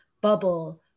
bubble